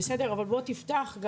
אבל בוא תפתח.